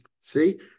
see